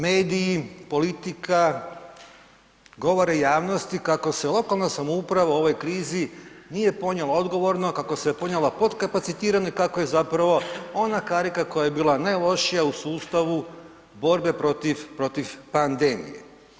Mediji, politika, govore javnosti kako se lokalna samouprava u ovoj krizi nije ponijela odgovorno, kako se ponijela potkapacitirano i kako je zapravo ona karika koja je bila najlošija u sustavu borbe protiv pandemije.